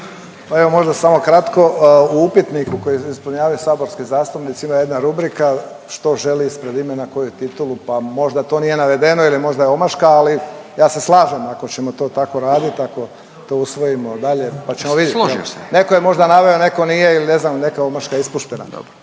Evo možda samo kratko. U upitniku koji ispunjavaju saborski zastupnici ima jedna rubrika što želi ispred imena koju titulu pa možda to nije navedeno ili je možda omaška, ali ja se slažem ako ćemo to tako raditi, ako to usvojimo dalje pa ćemo vidjeti. …/Upadica Furio Radin: Složio se./… Netko je možda naveo,